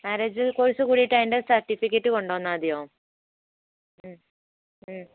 marriage course കൂടിയിട്ട് അതിൻ്റെ certificate കൊണ്ടുവന്നാൽ മതിയോ